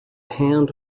hand